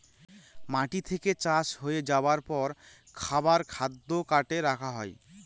মাটি থেকে চাষ হয়ে যাবার পর খাবার খাদ্য কার্টে রাখা হয়